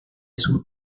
sus